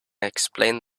explained